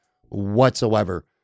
whatsoever